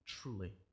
Truly